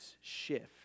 shift